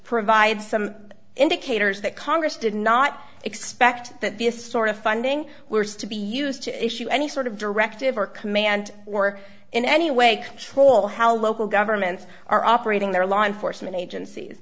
provide some indicators that congress did not expect that this sort of funding were still be used to issue any sort of directive or command or in any way control how local governments are operating their law enforcement agencies